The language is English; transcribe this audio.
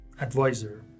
advisor